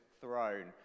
throne